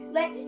Let